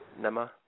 Nema